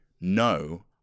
no